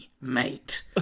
mate